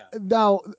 now